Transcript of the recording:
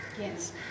Yes